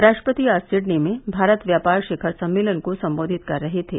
राष्ट्रपति आज सिडनी में भारत व्यापार शिखर सम्मेलन को संबोधित कर रहे थे